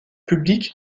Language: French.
public